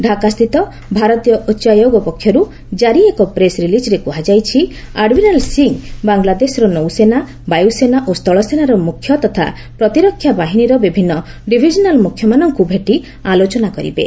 ଡ଼୍ାକାସ୍ଥିତ ଭାରତୀୟ ଉଚ୍ଚାୟୋଗ ପକ୍ଷରୁ ଜାରି ଏକ ପ୍ରେସ୍ ରିଲିଜ୍ରେ କୁହାଯାଇଛି ଆଡମିରାଲ ସିଂହ ବାଂଲାଦେଶର ନୌସେନା ବାୟୁସେନା ଓ ସ୍ଥଳସେନାର ମୁଖ୍ୟ ତଥା ପ୍ରତିରକ୍ଷା ବାହିନୀର ବିଭିନ୍ନ ଡିଭିଜନାଲର ମୁଖ୍ୟମାନଙ୍କୁ ଭେଟି ଆଲୋଚନା କରିବେ